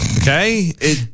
Okay